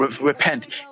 repent